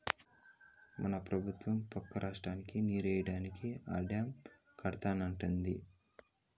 మన పెబుత్వం పక్క రాష్ట్రానికి నీరియ్యడానికే ఆ డాము కడతానంటాంది